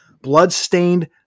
bloodstained